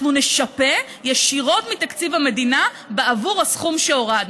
אנחנו נשפה ישירות מתקציב המדינה בעבור הסכום שהורדנו.